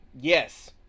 Yes